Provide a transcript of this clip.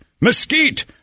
mesquite